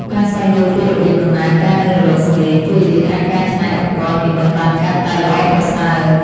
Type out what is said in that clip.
ការស្វែងយល់ពីរបៀបដំណើរការនៃរលកសំឡេងជួយឱ្យយើងអាចកែច្នៃឧបករណ៍និម្មិតបានកាន់តែល្អប្រសើរ។